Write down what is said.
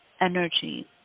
energy